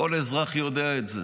כל אזרח יודע את זה,